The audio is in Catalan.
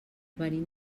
venim